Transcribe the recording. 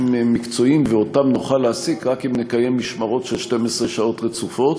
מקצועיים ושנוכל להעסיק אותם רק אם נקיים משמרות של 12 שעות רצופות.